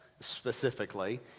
specifically